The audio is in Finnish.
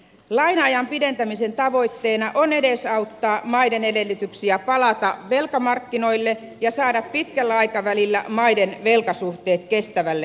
laina ajan pidentämisen tavoitteena on edesauttaa maiden edellytyksiä palata velkamarkkinoille ja saada pitkällä aikavälillä maiden velkasuhteet kestävälle tasolle